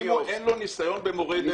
אם אין לו ניסיון במורי דרך,